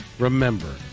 Remember